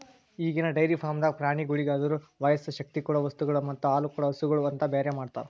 ಈಗಿನ ಡೈರಿ ಫಾರ್ಮ್ದಾಗ್ ಪ್ರಾಣಿಗೋಳಿಗ್ ಅದುರ ವಯಸ್ಸು, ಶಕ್ತಿ ಕೊಡೊ ವಸ್ತುಗೊಳ್ ಮತ್ತ ಹಾಲುಕೊಡೋ ಹಸುಗೂಳ್ ಅಂತ ಬೇರೆ ಮಾಡ್ತಾರ